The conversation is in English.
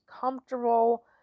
comfortable